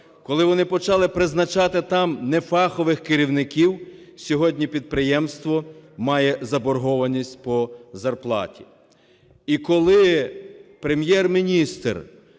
коли вони почали призначати там нефахових керівників, сьогодні підприємство має заборгованість по зарплаті. І коли Прем'єр-міністр